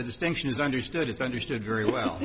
the distinction is understood it's understood very well